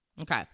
okay